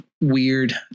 weird